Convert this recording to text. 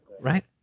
Right